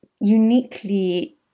uniquely